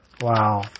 Wow